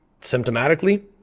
symptomatically